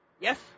Yes